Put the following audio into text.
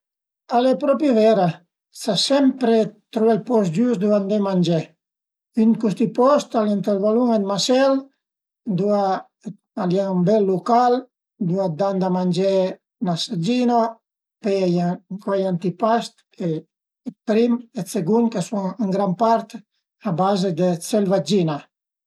Ën cust mument susten-u ün'uganizasiun ënternasiunale dë vuluntari laici, LVIA, al e ün'asuciasiun ch'a s'occüpa di problemi dë povertà, dë mizerìa e dë dificultà economiche ënt ün pais dë l'Africa